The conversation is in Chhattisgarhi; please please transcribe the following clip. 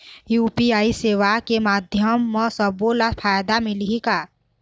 यू.पी.आई सेवा के माध्यम म सब्बो ला फायदा मिलही का?